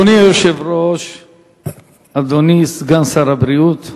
אדוני היושב-ראש, אדוני סגן שר הבריאות,